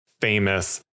famous